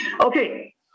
Okay